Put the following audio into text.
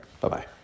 Bye-bye